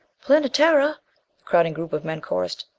planetara! the crowding group of men chorused.